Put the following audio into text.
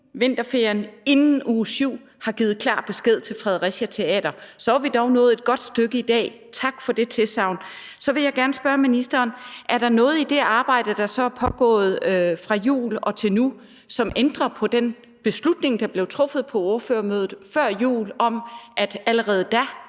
vinterferien, inden uge 7, har givet klar besked til Fredericia Teater. Så er vi dog nået et godt stykke i dag. Tak for det tilsagn. Så vil jeg gerne spørge ministeren: Er der noget i det arbejde, der så er pågået fra jul og til nu, som ændrer på den beslutning, der blev truffet på ordførermødet før jul, om, at et bredt